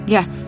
Yes